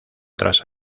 tras